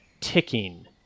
ticking